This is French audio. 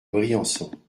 briançon